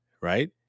Right